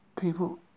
people